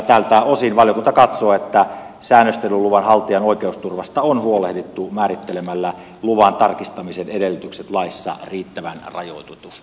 tältä osin valiokunta katsoo että säännöstelyluvan haltijan oikeusturvasta on huolehdittu määrittelemällä luvan tarkistamisen edellytykset laissa riittävän rajoitetusti